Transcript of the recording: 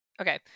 Okay